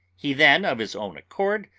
he then, of his own accord,